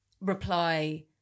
reply